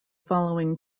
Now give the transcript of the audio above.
following